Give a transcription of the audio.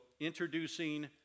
introducing